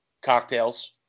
cocktails